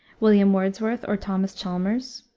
william wordsworth or thomas chalmers,